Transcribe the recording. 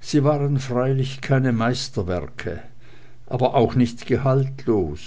sie waren freilich keine meisterwerke aber auch nicht gehaltlos